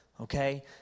okay